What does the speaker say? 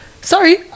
Sorry